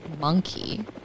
monkey